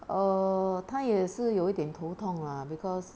err 他也是有一点头痛 lah because